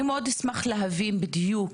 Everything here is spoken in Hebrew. אני מאוד אשמח להבין בדיוק,